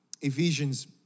Ephesians